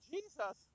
Jesus